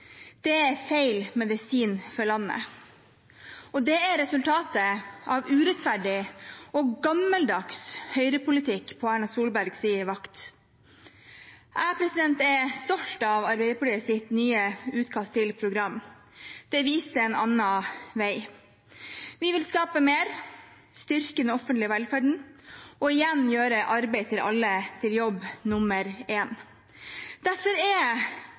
Det er feil medisin for landet. Det er resultatet av urettferdig og gammeldags høyrepolitikk på Erna Solbergs vakt. Jeg er stolt av Arbeiderpartiets nye utkast til program. Det viser en annen vei. Vi vil skape mer, styrke den offentlige velferden og igjen gjøre arbeid til alle til jobb nummer én. Derfor er